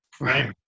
Right